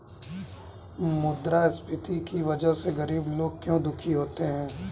मुद्रास्फीति की वजह से गरीब लोग क्यों दुखी होते हैं?